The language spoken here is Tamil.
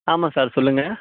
ஆமாம் சார் சொல்லுங்கள்